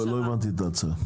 לא הבנתי מה ההצעה.